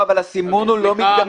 אבל הסימון הוא לא מדגמי.